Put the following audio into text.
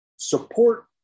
Support